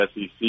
SEC